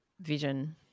vision